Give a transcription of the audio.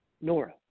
Nora